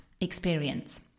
experience